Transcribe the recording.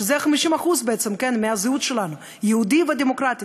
שזה 50% מהזהות שלנו: יהודי ודמוקרטי.